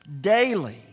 Daily